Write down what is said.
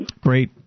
Great